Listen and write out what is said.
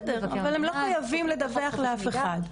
זה בסדר אבל הם לא חייבים לדווח לאף אחד.